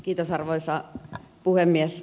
kiitos arvoisa puhemies